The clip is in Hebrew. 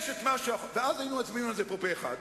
אי-אפשר בשנתיים, חייבים למדוד אותו כל שנה.